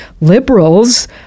liberals